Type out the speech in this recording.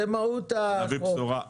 זאת מהות החוק.